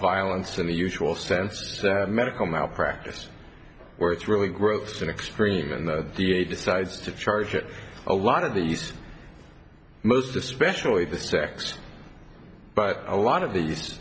violence in the usual sense medical malpractise where it's really gross an extreme and the da decides to charge it a lot of these most especially the sex but a lot of these